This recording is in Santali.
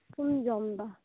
ᱠᱚᱢ ᱡᱚᱢᱫᱟ